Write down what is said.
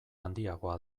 handiagoa